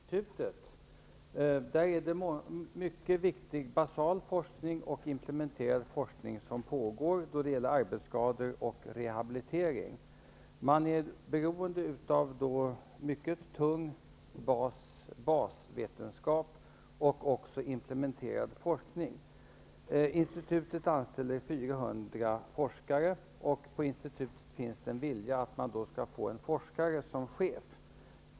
Fru talman! Jag har en fråga till arbetsmarknadsministern och den gäller arbetsmiljöinstitutet. Där pågår mycket basal och implementerad forskning då det gäller arbetsskador och rehabilitering. Man är beroende av mycket tung basvetenskap och också implementerad forskning. Institutet anställer 400 forskare, och på institutet finns en vilja att få en forskare som chef.